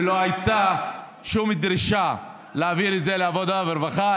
ולא הייתה שום דרישה להעביר את זה לעבודה ורווחה.